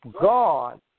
God